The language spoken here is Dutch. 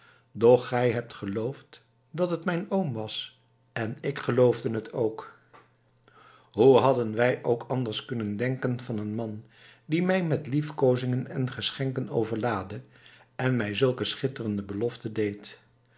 doch gij hebt geloofd dat het mijn oom was en ik geloofde dit ook hoe hadden wij ook anders kunnen denken van een man die mij met liefkoozingen en geschenken overlaadde en mij zulke schitterende beloften deed